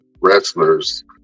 wrestlers